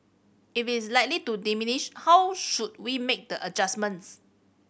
if is likely to diminish how should we make the adjustments